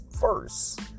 first